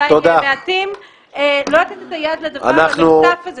המעטים למחטף הזה.